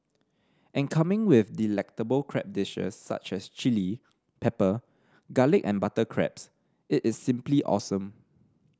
and coming with delectable crab dishes such as chilli pepper garlic and butter crabs it is simply awesome